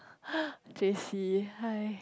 J_C hai